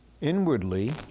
inwardly